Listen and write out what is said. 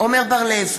עמר בר-לב,